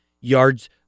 yards